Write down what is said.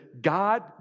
God